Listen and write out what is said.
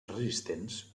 resistents